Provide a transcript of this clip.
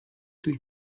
coś